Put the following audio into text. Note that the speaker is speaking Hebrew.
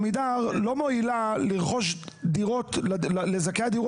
עמידר לא מואילה לרכוש דירות לזכאי הדיור